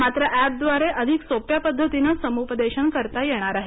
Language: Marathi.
मात्र एपद्वारे अधिक सोप्या पद्धतीनं समुपदेशन करता येणार आहे